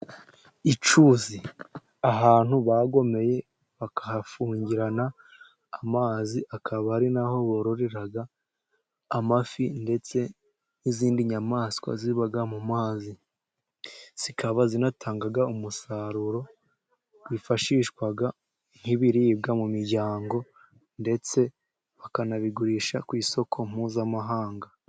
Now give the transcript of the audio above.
Icyuzi ahantu bagomeye bakahafungirana amazi, akaba ari na ho bororera amafi ndetse n'izindi nyamaswa ziba mu mazi, zikaba zinatanga umusaruro wifashishwa nk'ibiribwa mu miryango, ndetse bakanabigurisha ku isoko mpuzamahanga.